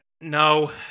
No